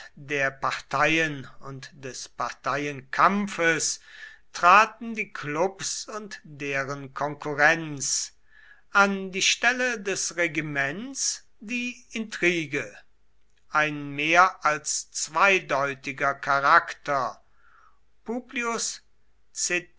der parteien und des parteienkampfes traten die klubs und deren konkurrenz an die stelle des regiments die intrige ein mehr als zweideutiger charakter